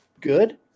good